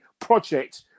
project